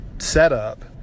setup